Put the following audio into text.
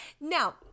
Now